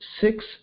six